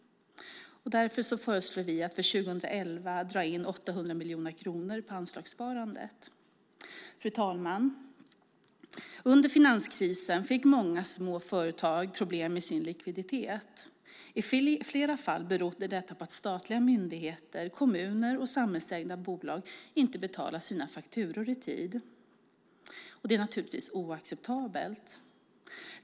Därför föreslår vi att man för 2011 drar in 800 miljoner kronor på anslagssparandet. Fru talman! Under finanskrisen fick många små företag problem med sin likviditet. I flera fall berodde detta på att statliga myndigheter, kommuner och samhällsägda bolag inte betalade sina fakturor i tid. Det är naturligtvis oacceptabelt.